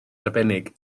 arbennig